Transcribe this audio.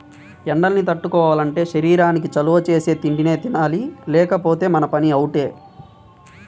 ఎండల్ని తట్టుకోవాలంటే శరీరానికి చలవ చేసే తిండినే తినాలి లేకపోతే మన పని అవుటే